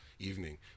evening